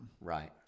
Right